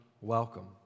welcome